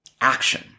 action